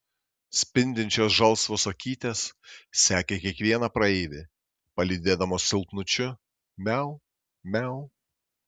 spindinčios žalsvos akytės sekė kiekvieną praeivį palydėdamos silpnučiu miau miau